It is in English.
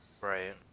Right